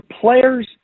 players